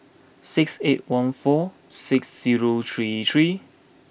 six eight one four six zero three three